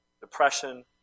depression